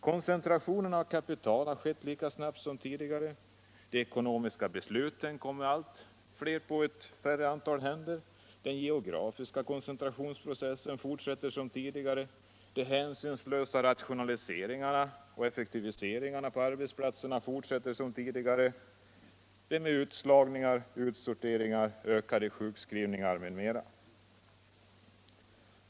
Koncentrationen av kapital har skett lika snabbt som tidigare, de ekonomiska besluten samlas på allt färre händer, den geografiska koncentrationsprocessen fortsätter som tidigare, de hänsynslösa rationaliseringarna och effektiviseringarna på arbetsplatserna fortsätter som tidigare med utslagningar, utsorteringar, ökade sjukskrivningar m.m.